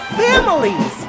families